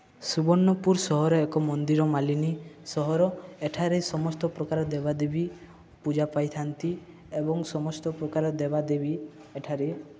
ସୁବର୍ଣ୍ଣପୁର ସହର ଏକ ମନ୍ଦିରମାଳିନି ସହର ଏଠାରେ ସମସ୍ତ ପ୍ରକାର ଦେବାଦେବୀ ପୂଜା ପାଇଥାନ୍ତି ଏବଂ ସମସ୍ତ ପ୍ରକାର ଦେବାଦେବୀ ଏଠାରେ